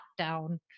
lockdown